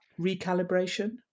recalibration